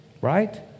Right